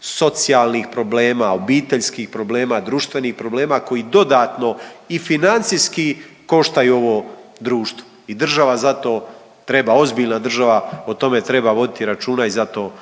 socijalnih problema, obiteljskih problema, društvenih problema koji dodatno i financijski koštaju ovo društvo. I država za to treba, ozbiljna država o tome treba voditi računa i za to